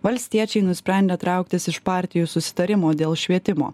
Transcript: valstiečiai nusprendė trauktis iš partijų susitarimo dėl švietimo